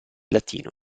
latino